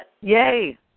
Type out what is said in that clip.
yay